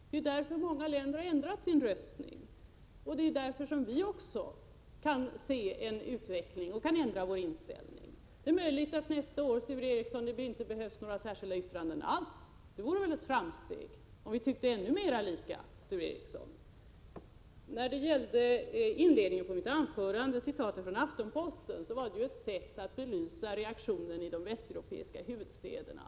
Därför har så många länder ändrat sin röstning, och därför kan också vi se en utveckling och kan ändra vår inställning. Det är möjligt, Sture Ericson, att det nästa år inte behövs några särskilda yttranden alls. Det vore väl ett framsteg om vi tyckte ännu mera lika. När det gäller inledningen av mitt anförande och citatet från Aftenposten, så rörde det sig om ett sätt att belysa reaktionerna i de västeuropeiska huvudstäderna.